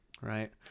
Right